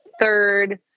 third